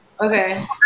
Okay